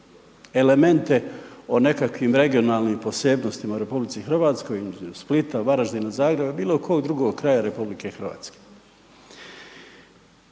elemente o nekakvim regionalnim posebnostima u RH između Splita, Varaždina, Zagreba ili bilo kog drugog kraja RH. Iako